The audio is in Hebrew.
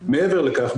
מעבר לכך,